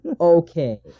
okay